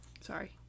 Sorry